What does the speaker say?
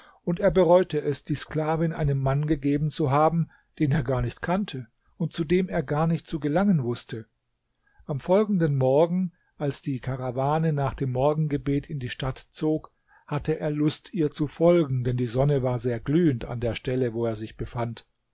und er bereute es die sklavin einem mann gegeben zu haben den er gar nicht kannte und zu dem er gar nicht zu gelangen wußte am folgenden morgen als die karawane nach dem morgengebet in die stadt zog hatte er lust ihr zu folgen denn die sonne war sehr glühend an der stelle wo er sich befand